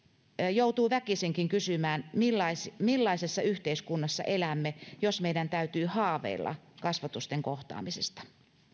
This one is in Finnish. joutuu väkisinkin kysymään millaisessa millaisessa yhteiskunnassa elämme jos meidän täytyy haaveilla kasvotusten kohtaamisesta